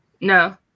No